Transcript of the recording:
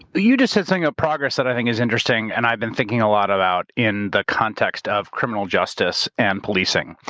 but you just said something about progress that i think is interesting, and i've been thinking a lot about in the context of criminal justice and policing,